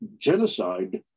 genocide